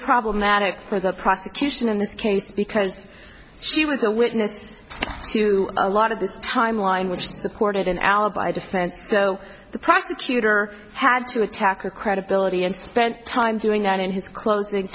problematic for the prosecution in this case because she was the witness to a lot of the timeline which supported an alibi defense so the prosecutor had to attack her credibility and spend time doing that in his closing